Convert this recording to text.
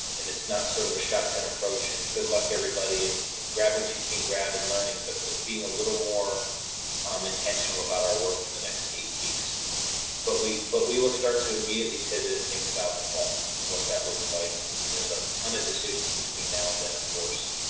it's not sort of a shotgun approach and good luck everybody and and grab what you can grab and learning, but being a little more um intentional about our work for the next eight weeks but we but we will start to immediately pivot and think about the fall and what that looks like. and and there's a ton of decisions between now and then of course,